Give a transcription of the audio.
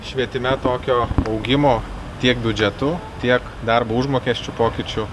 švietime tokio augimo tiek biudžetu tiek darbo užmokesčio pokyčiu